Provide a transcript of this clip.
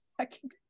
Second